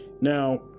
Now